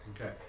Okay